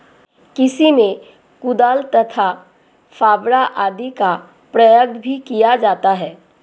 कृषि में कुदाल तथा फावड़ा आदि का प्रयोग भी किया जाता है